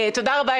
תודה רבה,